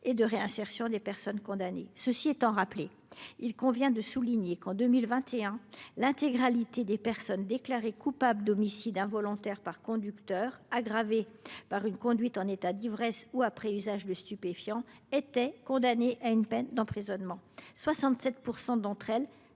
et de réinsertion des personnes condamnées. Cela étant, il convient de souligner qu’en 2021 l’intégralité des personnes déclarées coupables d’homicide involontaire par conducteur, aggravé par une conduite en état d’ivresse ou après usage de stupéfiants, ont été condamnées à une peine d’emprisonnement, dont 67